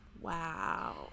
Wow